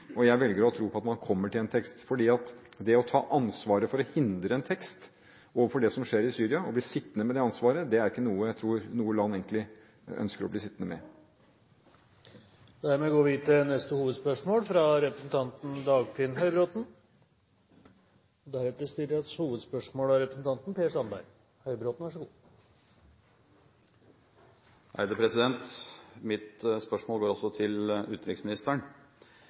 Jeg velger å tro at man kommer til en tekst, for det å ta ansvaret for å hindre en tekst i forbindelse med det som skjer i Syria, og bli sittende med det ansvaret, er ikke noe jeg tror noe land egentlig ønsker. Vi går til neste hovedspørsmål. Mitt spørsmål går også til utenriksministeren. Jeg står her med rapporten fra